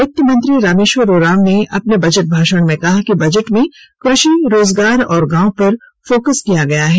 वित्त मंत्री रामेश्वर उरांव ने अपने बजट भाषण में कहा कि बजट में कृषि रोजगार और गांव पर फोकस किया गया है